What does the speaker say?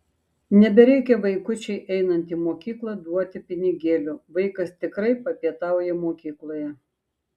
nebereikia vaikučiui einant į mokyklą duoti pinigėlių vaikas tikrai papietauja mokykloje